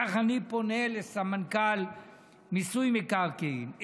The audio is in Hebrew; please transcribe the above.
כך אני פונה לסמנכ"ל מיסוי מקרקעין,